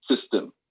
system